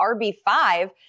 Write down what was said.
RB5